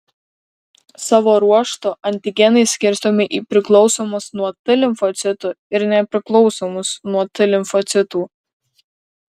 savo ruožtu antigenai skirstomi į priklausomus nuo t limfocitų ir nepriklausomus nuo t limfocitų